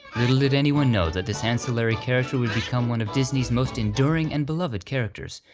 little did anyone know that this ancillary character would become one of disney's most enduring and beloved characters,